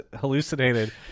hallucinated